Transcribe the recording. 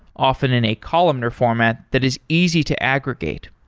often in a columnar format that is easy to aggregate.